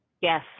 Yes